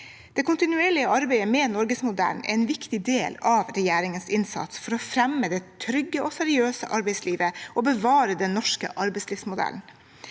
Det kontinuerlige arbeidet med norgesmodellen er en viktig del av regjeringens innsats for å fremme det trygge og seriøse arbeidslivet og bevare den norske arbeidslivsmodellen.